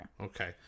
Okay